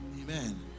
Amen